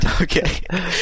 okay